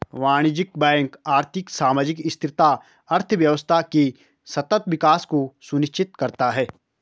वाणिज्यिक बैंक आर्थिक, सामाजिक स्थिरता, अर्थव्यवस्था के सतत विकास को सुनिश्चित करता है